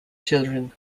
children